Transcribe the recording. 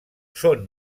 són